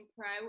pro